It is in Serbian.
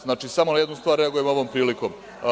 Znači, samo na jednu stvar reagujem ovom prilikom.